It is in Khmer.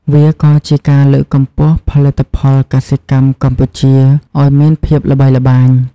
វាក៏ជាការលើកកម្ពស់ផលិតផលកសិកម្មកម្ពុជាឱ្យមានភាពល្បីល្បាញ។